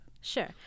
Sure